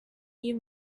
you